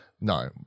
No